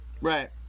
right